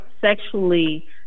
sexually